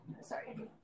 Sorry